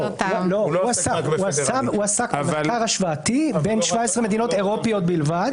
הוא עסק במחקר השוואתי בין 17 מדינות אירופיות בלבד.